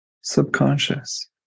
subconscious